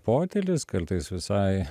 potylis kaltais visai